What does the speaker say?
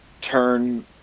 turn